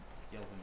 Skills